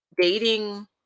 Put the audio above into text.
dating